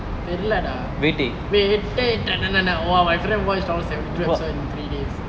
தெரிலடா:theriladaa !wah! my friend watch all seventy two episodes in three days